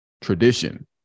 tradition